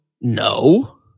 No